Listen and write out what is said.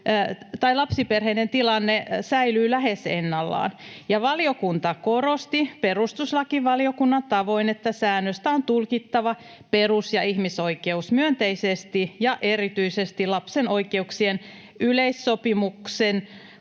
että lapsiperheiden tilanne säilyy lähes ennallaan. Ja valiokunta korosti perustuslakivaliokunnan tavoin, että säännöstä on tulkittava perus- ja ihmisoikeusmyönteisesti ja erityisesti lapsen oikeuksien yleissopimuksen